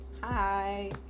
Hi